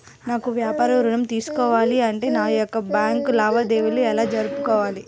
నాకు వ్యాపారం ఋణం తీసుకోవాలి అంటే నా యొక్క బ్యాంకు లావాదేవీలు ఎలా జరుపుకోవాలి?